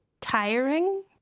tiring